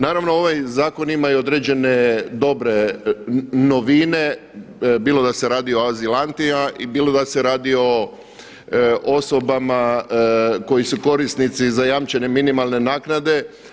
Naravno ovaj zakon ima i određene dobre novine bilo da se radi o azilantima, bilo da se radi o osobama koji su korisnici zajamčene minimalne naknade.